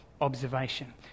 observation